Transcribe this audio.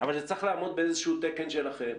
אבל זה צריך לעמוד באיזשהו תקן שלכם.